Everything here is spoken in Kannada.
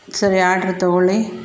ಸರಿ ಆರ್ಡ್ರ್ ತೊಗೊಳ್ಳಿ